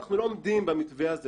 אנחנו לא עומדים במתווה הזה,